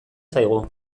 zaigu